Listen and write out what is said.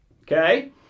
okay